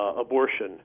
abortion